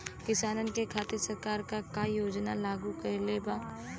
किसानन के खातिर सरकार का का योजना लागू कईले बा?